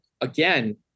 again